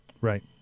Right